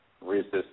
resist